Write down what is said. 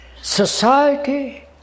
society